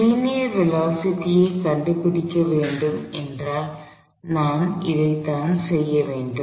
linear velocity ஐ கண்டுபிடிக்க வேண்டும் என்றால் நான் அதை தான் செய்ய வேண்டும்